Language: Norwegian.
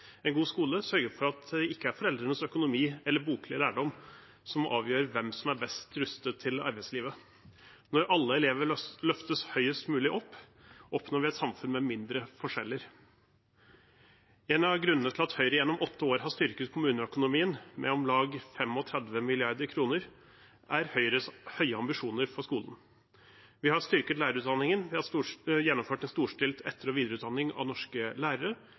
En god skole sørger for at det ikke er foreldrenes økonomi eller boklige lærdom som avgjør hvem som er best rustet til arbeidslivet. Når alle elever løftes høyest mulig opp, oppnår vi et samfunn med mindre forskjeller. En av grunnene til at Høyre gjennom åtte år har styrket kommuneøkonomien med om lag 35 mrd. kr, er Høyres høye ambisjoner for skolen. Vi har styrket lærerutdanningen, vi har gjennomført en storstilt etter- og videreutdanning av norske lærere,